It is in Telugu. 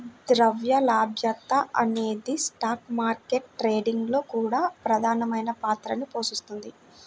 ద్రవ్య లభ్యత అనేది స్టాక్ మార్కెట్ ట్రేడింగ్ లో కూడా ప్రధానమైన పాత్రని పోషిస్తుంది